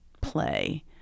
play